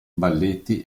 balletti